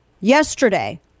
yesterday